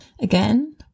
Again